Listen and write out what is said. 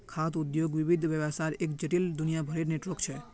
खाद्य उद्योग विविध व्यवसायर एक जटिल, दुनियाभरेर नेटवर्क छ